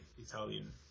Italian